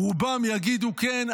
רובם יגידו: כן,